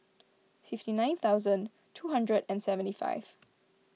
fifty nine thousand two hundred and seventy five